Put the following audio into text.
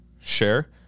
share